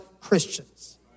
Christians